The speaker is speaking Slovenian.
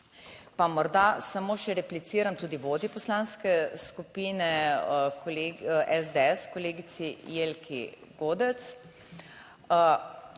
Pa morda samo še repliciram tudi vodji Poslanske skupine SDS, kolegici Jelki Godec.